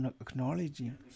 acknowledging